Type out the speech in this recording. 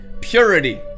purity